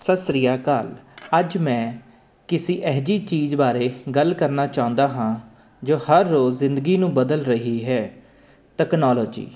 ਸਤਿ ਸ਼੍ਰੀ ਅਕਾਲ ਅੱਜ ਮੈਂ ਕਿਸੇ ਇਹੋ ਜਿਹੀ ਚੀਜ਼ ਬਾਰੇ ਗੱਲ ਕਰਨਾ ਚਾਹੁੰਦਾ ਹਾਂ ਜੋ ਹਰ ਰੋਜ਼ ਜ਼ਿੰਦਗੀ ਨੂੰ ਬਦਲ ਰਹੀ ਹੈ ਟੈਕਨੋਲੋਜੀ